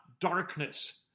darkness